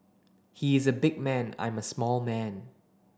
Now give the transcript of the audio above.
he is a big man I am a small man